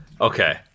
Okay